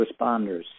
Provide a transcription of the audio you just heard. responders